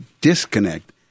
disconnect